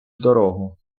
дорогу